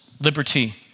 liberty